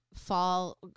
fall